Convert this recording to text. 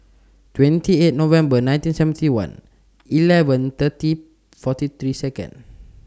twenty eight November nineteen seventy one eleven thirty forty three Seconds